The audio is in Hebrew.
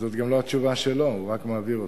זאת לא התשובה שלו, הוא רק מעביר אותה.